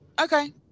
Okay